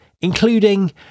including